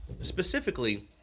Specifically